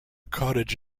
cottage